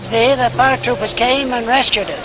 thursday the paratroopers came and rescued us,